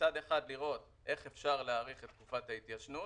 מצד אחד לראות איך אפשר להאריך את תקופת ההתיישנות